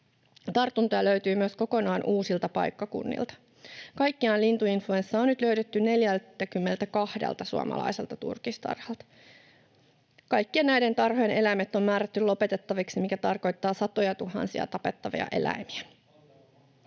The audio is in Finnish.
Tartuntoja löytyy myös kokonaan uusilta paikkakunnilta. Kaikkiaan lintuinfluenssaa on nyt löydetty 42 suomalaiselta turkistarhalta. Kaikkien näiden tarhojen eläimet on määrätty lopetettaviksi, mikä tarkoittaa satojatuhansia tapettavia eläimiä.